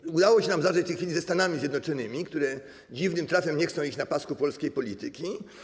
I udało się nam zadrzeć w tej chwili ze Stanami Zjednoczonymi, które dziwnym trafem nie chcą iść na pasku polskiej polityki.